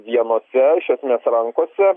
vienose iš esmės rankose